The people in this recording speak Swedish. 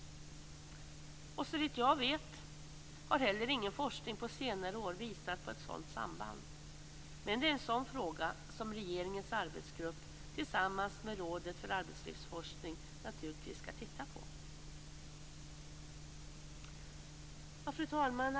Och såvitt jag vet har inte heller någon forskning under senare år visat på ett sådant samband. Men det är en sådan fråga som regeringens arbetsgrupp tillsammans med Rådet för arbetslivsforskning naturligtvis skall titta på. Fru talman!